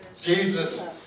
Jesus